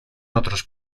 otros